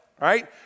right